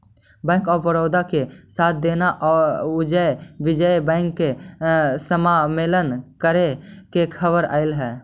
bank of Baroda के साथ देना औउर विजय बैंक के समामेलन करे के खबर अले हई